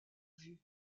vue